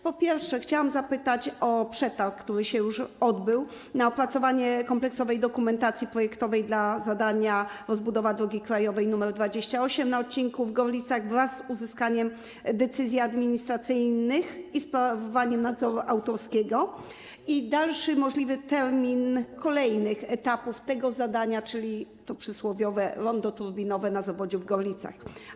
Po pierwsze chciałabym zapytać o przetarg, który się już odbył, na opracowanie kompleksowej dokumentacji projektowej dla zadania: Rozbudowa drogi krajowej nr 28 na odcinku w Gorlicach wraz z uzyskaniem decyzji administracyjnych i sprawowaniem nadzoru autorskiego, i dalszy możliwy termin kolejnych etapów tego zadania, czyli to przysłowiowe rondo turbinowe na Zawodziu w Gorlicach.